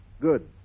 good